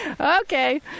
Okay